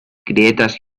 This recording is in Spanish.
grietas